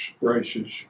races